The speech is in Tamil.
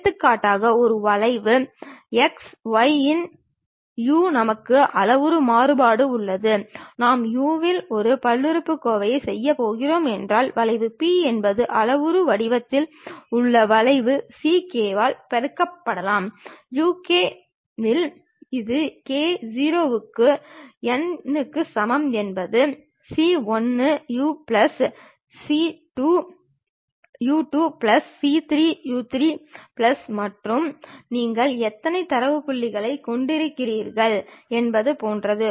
எடுத்துக்காட்டாக ஒரு வளைவு x y இன் u z இன் u நமக்கு அளவுரு மாறுபாடு உள்ளது நான் u இல் ஒரு பல்லுறுப்புக்கோவை சரிசெய்யப் போகிறேன் என்றால் வளைவு P என்பது அளவுரு வடிவத்தில் உள்ள வளைவு ck ஆல் பெருக்கப்படலாம் uk இது k 0 க்கு n க்கு சமம் என்பது c 1 u 1 plus c 2 u 2 plus c 3 u 3 plus மற்றும் நீங்கள் எத்தனை தரவு புள்ளிகளைக் கொண்டிருக்கிறீர்கள் என்பது போன்றது